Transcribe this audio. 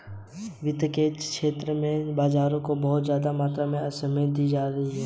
वित्त के क्षेत्र में बाजारों को बहुत ज्यादा मात्रा में अहमियत दी जाती रही है